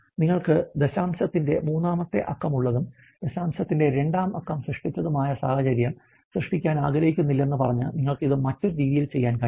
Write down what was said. നിങ്ങൾക്ക് ദശാംശത്തിന്റെ മൂന്നാമത്തെ അക്കമുള്ളതും ദശാംശത്തിന്റെ രണ്ടാം അക്കം സൃഷ്ടിച്ചതുമായ സാഹചര്യം സൃഷ്ടിക്കാൻ ആഗ്രഹിക്കുന്നില്ലെന്ന് പറഞ്ഞ് നിങ്ങൾക്ക് ഇത് മറ്റൊരു രീതിയിൽ ചെയ്യാൻ കഴിയും